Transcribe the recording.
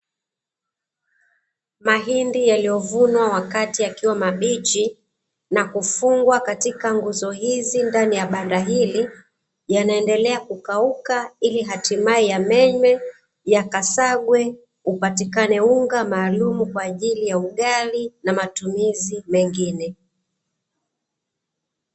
Mahindi yaliyovunwa wakati yakiwa mabichi na kufungwa katika nguzo hizi ndani ya banda hili, yanaendelea kukauka ili hatimaye yamenywe, yakasagwe upatikane unga maalumu kwa ajili ya ugali na matumizi mengine.